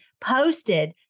posted